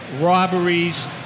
robberies